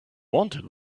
wanted